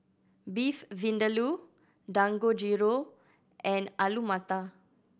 Beef Vindaloo Dangojiru and Alu Matar